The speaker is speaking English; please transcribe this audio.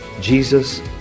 jesus